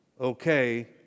Okay